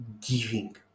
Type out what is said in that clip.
giving